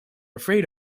afraid